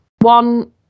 one